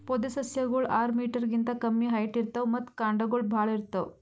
ಪೊದೆಸಸ್ಯಗೋಳು ಆರ್ ಮೀಟರ್ ಗಿಂತಾ ಕಮ್ಮಿ ಹೈಟ್ ಇರ್ತವ್ ಮತ್ತ್ ಕಾಂಡಗೊಳ್ ಭಾಳ್ ಇರ್ತವ್